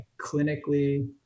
clinically